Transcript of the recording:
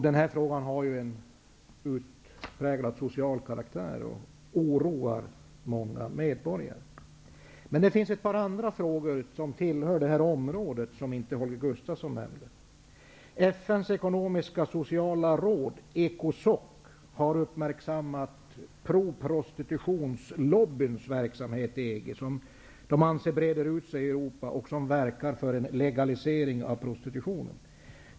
Denna fråga har en utpräglat social karaktär, och den oroar många medborgare. Det finns emellertid ett par andra frågor som hör till detta område men som Holger Gustafsson inte nämnde. FN:s ekonomiska sociala råd, ECOSOC, har uppmärksammat proprostitutionslobbyns verksamhet i EG. ECOSOC anser att denna breder ut sig i Europa och verkar för en legalisering av prostitutionen.